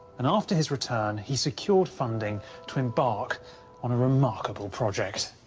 and after his return, he secured funding to embark on a remarkable project.